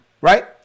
right